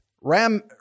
Ram